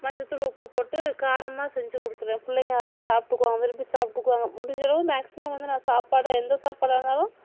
மஞ்சள் தூள் உப்பு போட்டு காரமாக செஞ்சு கொடுத்துருவேன் பிள்ளைங்க அதெலாம் சாப்பிட்டுக்குவாங்க விரும்பி சாப்பிட்டுக்குவாங்க முடிஞ்சளவு மேக்ஸிமம் வந்து நான் சாப்பாடாக எந்த சாப்பாடாக இருந்தாலும்